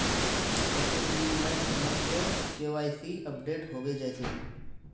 कते दिन में हमर के.वाई.सी अपडेट होबे जयते?